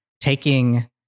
taking